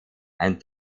and